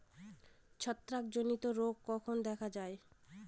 ছত্রাক জনিত রোগ কখন দেখা য়ায়?